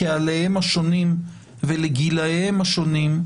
קהליהם השונים ולגיליהם השונים,